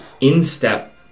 instep